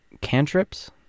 cantrips